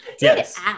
Yes